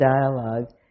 dialogue